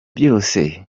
byose